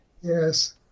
Yes